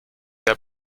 der